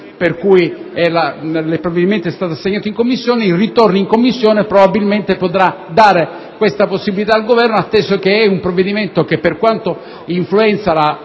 in cui il provvedimento è stato all'esame della Commissione, il ritorno in Commissione probabilmente potrà dare questa possibilità al Governo, atteso che si tratta di un provvedimento che, per quanto influenza il mantenimento